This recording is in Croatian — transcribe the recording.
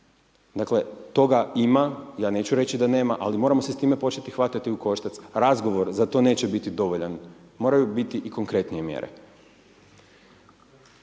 dakle toga ima, ja neću reći da nema ali moramo se s tme početi hvatati u koštac. Razgovor za to neće biti dovoljan, moraju biti i konkretnije mjere.